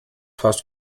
passt